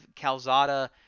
Calzada